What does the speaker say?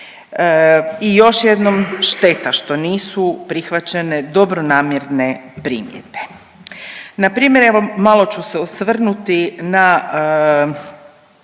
i još jednom, šteta što nisu prihvaćene dobronamjerne primjedbe. Npr. evo malo ću se osvrnuti na,